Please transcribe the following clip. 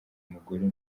umugore